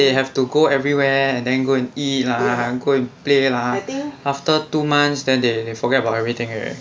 they have to go everywhere and then go and eat lah go and play [lah]after two months then they forget about everything already